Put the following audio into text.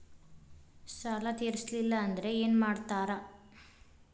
ಸಾಲ ತೇರಿಸಲಿಲ್ಲ ಅಂದ್ರೆ ಏನು ಮಾಡ್ತಾರಾ?